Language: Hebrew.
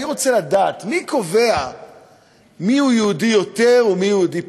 אני רוצה לדעת מי קובע מי יהודי יותר ומי יהודי פחות,